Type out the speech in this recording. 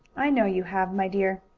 i know you have, my dear.